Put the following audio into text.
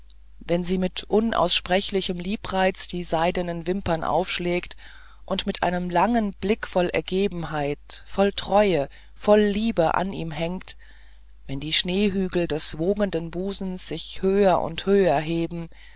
wenn sie mit unaussprechlichem liebreiz die seidenen wimpern aufschlägt und mit einem langen blick voll ergebenheit voll treue voll liebe an ihm hängt wenn die schneehügel des wogenden busens sich höher und höher heben